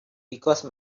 because